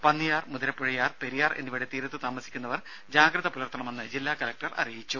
പന്നിയാർ മുതിരപ്പുഴയാർ പെരിയാർ എന്നിവയുടെ തീരത്ത് താമസിക്കുന്നവർ ജാഗ്രത പുലർത്തണമെന്ന് ജില്ലാ കലക്ടർ അറിയിച്ചു